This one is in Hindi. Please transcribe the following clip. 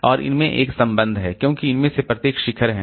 और इनमें एक संबंध है क्योंकि इनमें से प्रत्येक शिखर है